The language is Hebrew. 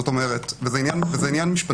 וזה עניין משפטי.